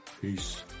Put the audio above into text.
Peace